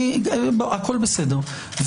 הכול בסדר.